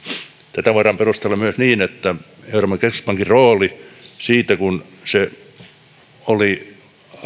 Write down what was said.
tätä voidaan perustella myös niin että euroopan keskuspankin rooli siitä millaisena se